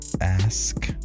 ask